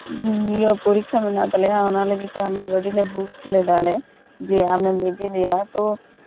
ᱱᱤᱭᱟᱹ ᱯᱚᱨᱤᱠᱠᱷᱟ ᱢᱮᱱᱟᱜ ᱛᱟᱞᱮᱭᱟ ᱚᱱᱟ ᱞᱟᱹᱜᱤᱫ ᱛᱮ ᱟᱢᱟᱜ ᱜᱟᱹᱰᱤᱞᱮ ᱵᱩᱠ ᱞᱮᱫᱟᱞᱮ ᱡᱮ ᱟᱢᱮᱢ ᱤᱫᱤ ᱞᱮᱭᱟ ᱛᱳ